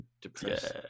depressed